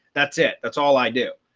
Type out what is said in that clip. that's it. that's all i do.